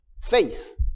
faith